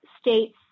states